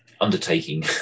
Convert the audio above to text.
undertaking